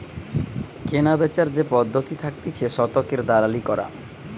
কেনাবেচার যে পদ্ধতি থাকতিছে শতকের দালালি করা